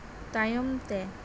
ᱛᱟᱭᱚᱢ ᱛᱮ